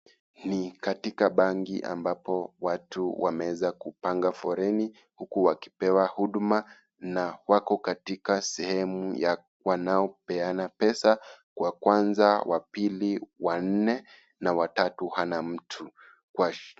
Ni katika banki ambapo watu wameeza kupanga foleni huku wakipewa huduma na wako katika sehemu ya wanaopeana pesa, wa kwanza, wa pili, wa nne na wa tatu hana mtu.